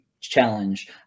challenge